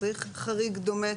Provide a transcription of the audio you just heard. אז צריך חריג דומה,